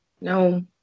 No